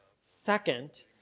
Second